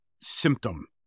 symptom